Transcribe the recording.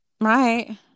Right